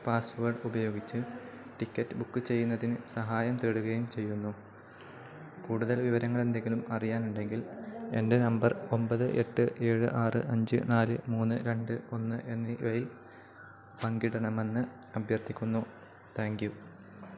password ഉപയോഗിച്ച് ticket book ചെയ്യുന്നതിനു സഹായം തേടുകയും ചെയ്യുന്നു കൂടുതൽ വിവരങ്ങൾ എന്തെങ്കിലും അറിയാനുണ്ടെങ്കിൽ എൻ്റെ നമ്പർ ഒമ്പത് എട്ട് ഏഴ് ആറ് അഞ്ച് നാല് മൂന്ന് രണ്ട് ഒന്ന് എന്നിവ വഴി പങ്കിടണമെന്ന് അഭ്യർത്ഥിക്കുന്നു താങ്ക്യൂ